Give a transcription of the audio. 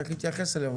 צריך להתייחס אליהן.